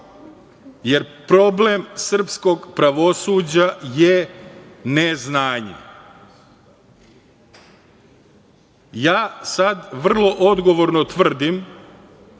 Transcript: jer problem srpskog pravosuđa je neznanje. Ja sada vrlo odgovorno tvrdim,